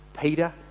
Peter